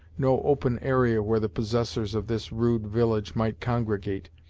no open area where the possessors of this rude village might congregate,